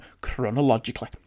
chronologically